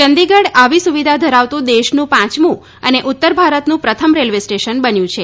ચંદીગઢ આવી સુવિધા ધરાવતું દેશનું પાંચમું અને ઉત્તર ભારતનું પ્રથમ રેલવે સ્ટેશન બન્યું છે